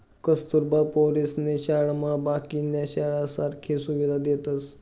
कस्तुरबा पोरीसनी शाळामा बाकीन्या शाळासारखी सुविधा देतस